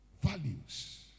Values